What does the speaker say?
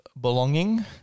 belonging